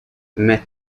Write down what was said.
met